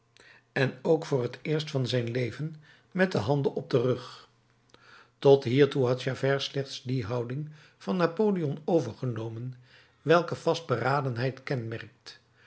en ook voor het eerst van zijn leven met de handen op den rug tot hiertoe had javert slechts die houding van napoleon overgenomen welke vastberadenheid kenmerkt